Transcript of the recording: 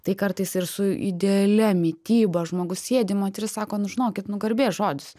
tai kartais ir su idealia mityba žmogus sėdi moteris sako nu žinokit nu garbės žodis